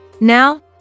Now